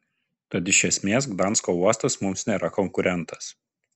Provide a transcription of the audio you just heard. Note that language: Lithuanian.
tad iš esmės gdansko uostas mums nėra konkurentas